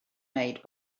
made